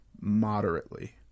moderately